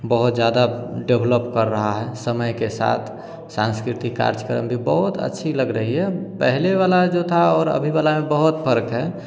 बहुत ज़्यादा डेवलोप कर रहा है समय के साथ सांस्कृतिक कार्यक्रम भी बहुत अच्छे लग रहे हैं पहले वाला जो था और अभी वाला में बहुत फ़र्क़ हैं